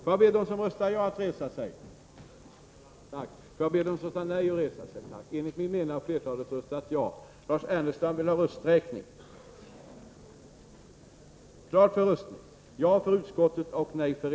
Justitieutskottets betänkanden 17 och 19 kommer att behandlas i tur och ordning.